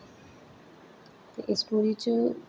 ते इस स्टोरी च